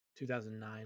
2009